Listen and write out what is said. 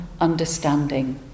understanding